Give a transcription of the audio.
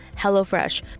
HelloFresh